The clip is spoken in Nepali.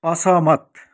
असहमत